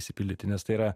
išsipildyti nes tai yra